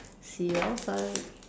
see you outside